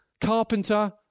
carpenter